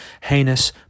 heinous